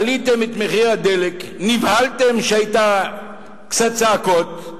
העליתם את מחיר הדלק, נבהלתם שהיו קצת צעקות,